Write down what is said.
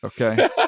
okay